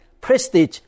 prestige